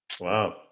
wow